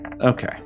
Okay